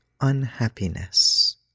unhappiness